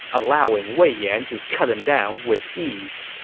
allowing wei yan to cut him down with ease.